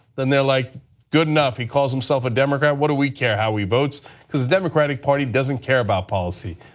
then there like good enough, he calls himself a democrat, what we care how he votes because the democratic party does not and care about policy.